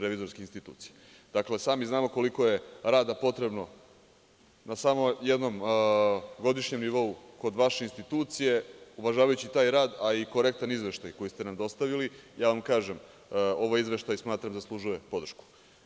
Dakle, sami znamo koliko je rada potrebno na samo jednom godišnjem nivou kod vaše institucije, uvažavajući taj rad, a i korektan izveštaj koji ste nam dostavili, ja vam kažem ovaj izveštaj smatram da zaslužuje podršku.